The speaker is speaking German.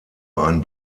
ein